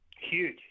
Huge